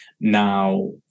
now